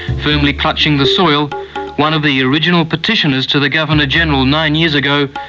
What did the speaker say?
firmly clutching the soil one of the original petitioners to the governor general nine years ago,